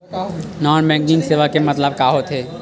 Non banking सेवा के मतलब का होथे?